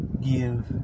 give